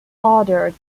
ordered